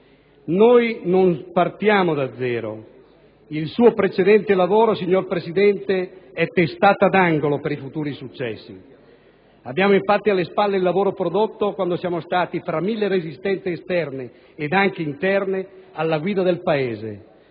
Noi non partiamo da zero: il suo precedente lavoro, signor Presidente, è testata d'angolo per i futuri successi. Abbiamo infatti alle spalle il lavoro prodotto quando siamo stati, fra mille resistenze esterne ed anche interne, alla guida del Paese,